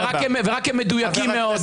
רק שהם מדויקים מאוד.